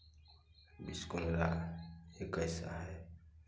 बिसकोलरा एक ऐसा है